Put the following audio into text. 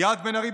ליאת בן ארי,